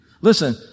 Listen